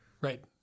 Right